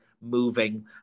moving